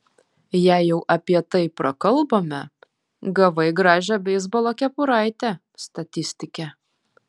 jei jau apie tai prakalbome gavai gražią beisbolo kepuraitę statistike